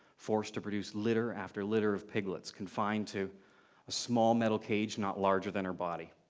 forced to produce litter after litter of piglets, confined to a small metal cage, not larger than her body.